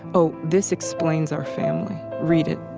oh, this explains our family read it.